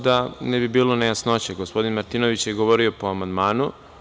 Da ne bi bilo nejasnoća, gospodin Martinović je govorio po amandmanu.